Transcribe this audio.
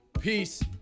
peace